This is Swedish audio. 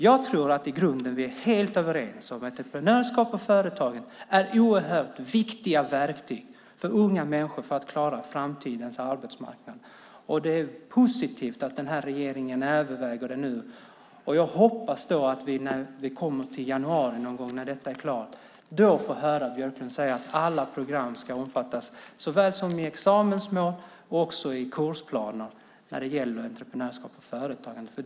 Jag tror att vi i grunden är helt överens om att entreprenörskap och företag är oerhört viktiga verktyg för unga människor om de ska klara framtidens arbetsmarknad. Det är positivt att regeringen överväger detta nu. Jag hoppas att vi, när vi kommer till januari någon gång, när detta är klart, får höra Björklund säga att alla program ska omfattas såväl i examensmål som i kursplaner när det gäller entreprenörskap för företagande.